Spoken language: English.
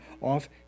off